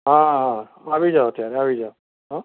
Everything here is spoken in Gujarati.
હા આવી જાવ ત્યારે આવી જાવ હ